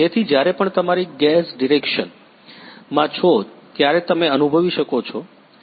તેથી જ્યારે પણ તમારી ગેજ ડિરેક્શન માં છો ત્યારે તમે અનુભવી શકો છો